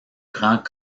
grand